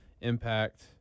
Impact